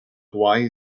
hawaii